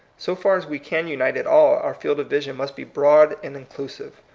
so far as we can unite at all, our field of vision must be broad and inclusive.